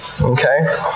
okay